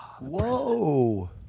Whoa